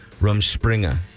Rumspringer